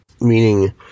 meaning